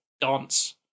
dance